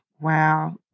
Wow